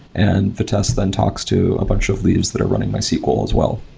and the test then talks to a bunch of leaves that are running mysql as well.